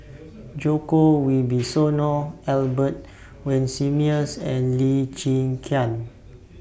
Djoko Wibisono Albert Winsemius and Lee Cheng